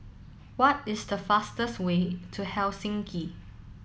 what is the fastest way to Helsinki